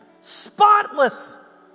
Spotless